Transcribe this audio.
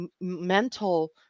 mental